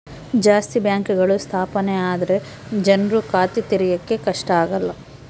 ಜಾಸ್ತಿ ಬ್ಯಾಂಕ್ಗಳು ಸ್ಥಾಪನೆ ಆದ್ರೆ ಜನ್ರು ಖಾತೆ ತೆರಿಯಕ್ಕೆ ಕಷ್ಟ ಆಗಲ್ಲ